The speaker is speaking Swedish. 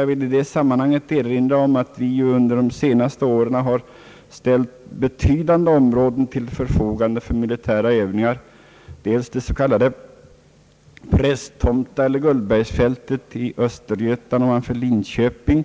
Jag vill i det sammanhanget erinra om att vi under senare år ställt betydande områden till förfogande för militära övningar: dels Prästtomta eller Gullbergsfältet i Östergötland ovanför Linköping,